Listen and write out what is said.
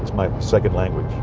my second language